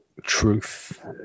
Truth